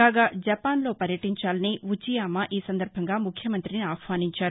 కాగా జపాన్లో పర్యటించాలని ఉచియామా ముఖ్యమంత్రిని ఆహ్వానించారు